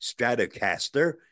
Stratocaster